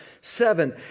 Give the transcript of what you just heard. seven